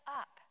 up